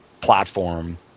platform